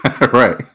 right